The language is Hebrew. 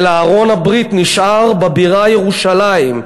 אלא ארון הברית נשאר בבירה ירושלים.